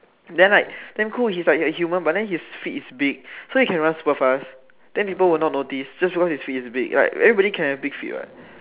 than like damn cool he's like a human but than his feet is big so he can run super fast than people will not notice just because his feet is big like everyone can have big feet what